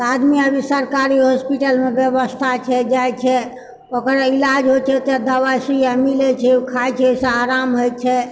तऽ आदमी आब सरकारी हॉस्पिटलमे व्यवस्था छै जाइत छै ओकर इलाज होइ छै ओते दवाइ सुइया दए छै ओ खाइत छै ओहिसँ आराम होइत छै